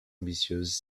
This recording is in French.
ambitieuse